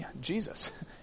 Jesus